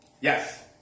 yes